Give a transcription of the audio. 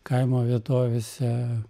kaimo vietovėse